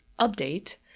update